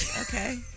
Okay